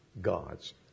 God's